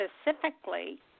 specifically